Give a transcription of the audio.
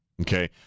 Okay